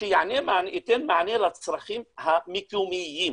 שייתן מענה לצרכים המקומיים.